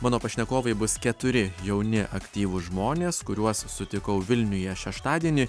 mano pašnekovai bus keturi jauni aktyvūs žmonės kuriuos sutikau vilniuje šeštadienį